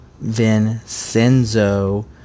Vincenzo